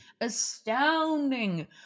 astounding